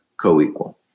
co-equal